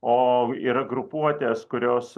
o yra grupuotės kurios